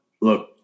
look